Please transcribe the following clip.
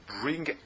bring